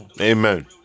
Amen